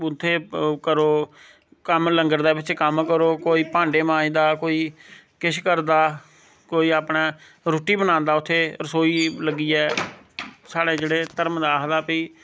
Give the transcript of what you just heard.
उत्थे करो कम्म लंदा दा बिच कम्म करो कोई भांडे मांजदा कोई किश करदा कोई अपनै रूट्टी बनांदा उत्थै रसोई लग्गियै स्हाड़ै जेह्ड़े धर्म दा आखदा भाई